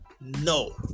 No